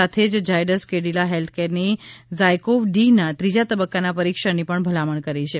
સાથે જ ઝાયડસ કેડિલા હેલ્થકેરની ઝાયકોવ ડીના ત્રીજા તબક્કાના પરિક્ષણની પણ ભલામણ કરી છે